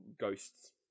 ghosts